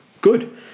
Good